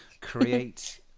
create